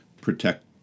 protect